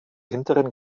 hinteren